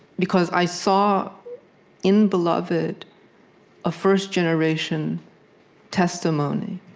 because i saw in beloved a first-generation testimony,